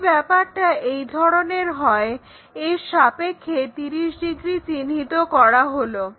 যদি ব্যাপারটা এই ধরনের হয় এর সাপেক্ষে 30° চিহ্নিত করা হলো